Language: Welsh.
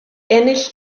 ennill